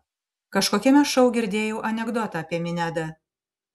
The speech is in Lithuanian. kažkokiame šou girdėjau anekdotą apie minedą